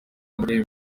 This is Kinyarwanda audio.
muri